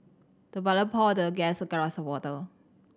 the butler poured the guest a glass of water